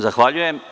Zahvaljujem.